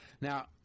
Now